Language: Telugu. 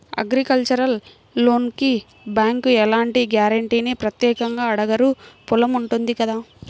అగ్రికల్చరల్ లోనుకి బ్యేంకులు ఎలాంటి గ్యారంటీనీ ప్రత్యేకంగా అడగరు పొలం ఉంటుంది కదా